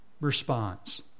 response